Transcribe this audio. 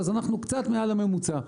אז אנחנו קצת מעל הממוצע.